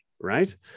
Right